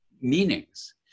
meanings